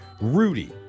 Rudy